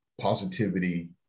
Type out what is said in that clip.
positivity